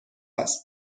است